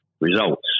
results